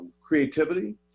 creativity